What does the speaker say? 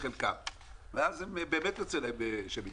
ואז באמת יוצא להם שהם מתבלבלים.